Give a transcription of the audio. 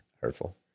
Hurtful